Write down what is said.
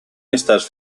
estas